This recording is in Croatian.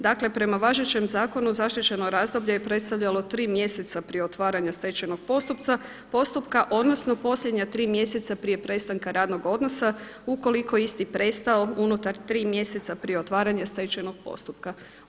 Dakle prema važećem zakonu zaštićeno razdoblje je predstavljalo 3 mjeseca prije otvaranja stečajnog postupka, odnosno posljednja 3 mjeseca prije prestanka radnog odnosa ukoliko je isti prestao unutar 3 mjeseca pri otvaranja stečajnog postupka.